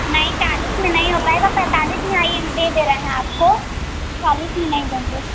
नहीं चालीस में नहीं हो पाएगा पैंतालीस में आइए हम दे दे रहे हैं आपको चालीस में नहीं देंगे